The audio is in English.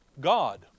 God